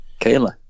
Kayla